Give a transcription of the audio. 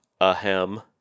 ahem